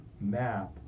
map